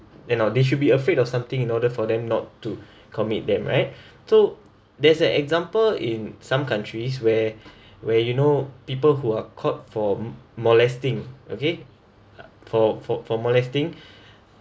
they no they should be afraid of something in order for them not to commit them right so there's a example in some countries where where you know people who are caught for m~ molesting okay for for for molesting